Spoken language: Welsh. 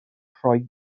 rhoi